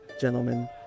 gentlemen